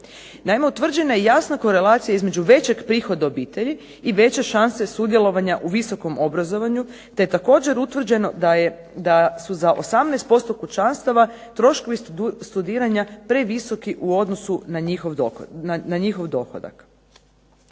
Naime, utvrđena je jasna korelacija između većeg prihoda obitelji i veće šanse sudjelovanja u visokom obrazovanju te je također utvrđeno da su za 18% kućanstava troškovi studiranja previsoki u odnosu na njihov dohodak.